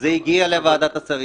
זה הגיע לוועדת השרים,